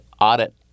audit